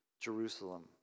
Jerusalem